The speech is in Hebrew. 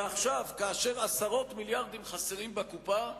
ועכשיו, כאשר עשרות מיליארדים חסרים בקופה,